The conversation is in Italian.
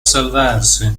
salvarsi